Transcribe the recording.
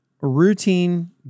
routine